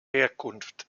herkunft